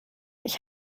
ich